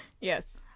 Yes